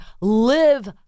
live